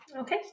Okay